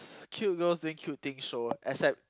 cute girls doing cute things show except